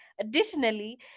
Additionally